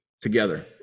together